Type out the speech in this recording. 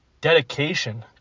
dedication